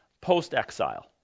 post-exile